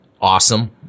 awesome